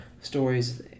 stories